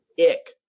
Ick